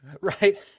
Right